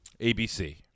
ABC